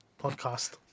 podcast